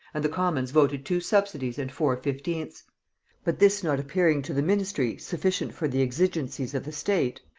and the commons voted two subsidies and four fifteenths but this not appearing to the ministry sufficient for the exigencies of the state,